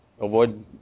avoid